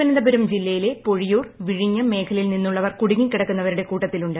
തിരുവനന്തപുരം ജില്ലയിലെ പൊഴിയൂർ വിഴിഞ്ഞം മേഖലയിൽ നിന്നുള്ളവർ കൂടുങ്ങിക്കിടക്കുന്നവരുടെ കൂട്ടത്തിലുണ്ട്